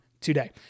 today